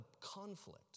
conflict